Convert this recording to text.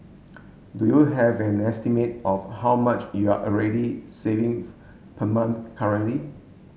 do you have an estimate of how much you're already saving per month currently